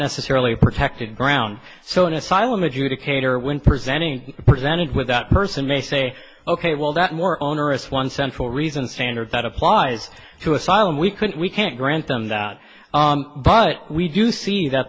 necessarily protected ground so an asylum adjudicator when presenting presented with that person may say ok well that more onerous one central reason standard that applies to asylum we could we can't grant them that but we do see that